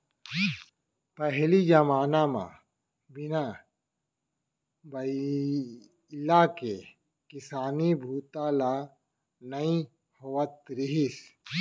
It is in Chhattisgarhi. पहिली जमाना म बिन बइला के किसानी बूता ह नइ होवत रहिस